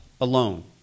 alone